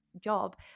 job